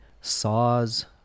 saws